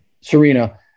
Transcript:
Serena